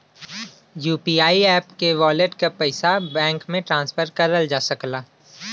UPI app के wallet क पइसा बैंक में ट्रांसफर करल जा सकला